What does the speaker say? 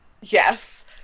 Yes